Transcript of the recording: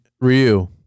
Ryu